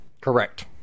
Correct